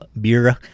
Bureau